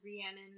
Rhiannon